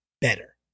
better